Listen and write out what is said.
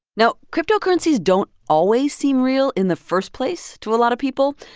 now, cryptocurrencies don't always seem real in the first place to a lot of people.